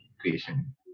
creation